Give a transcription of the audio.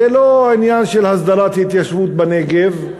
זה לא עניין של הסדרת התיישבות בנגב.